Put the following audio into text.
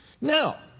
Now